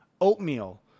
Oatmeal